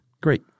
Great